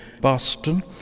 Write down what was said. Boston